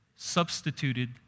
substituted